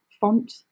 font